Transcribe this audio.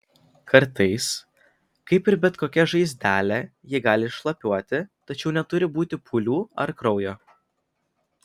kartais kaip ir bet kokia žaizdelė ji gali šlapiuoti tačiau neturi būti pūlių ar kraujo